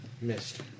missed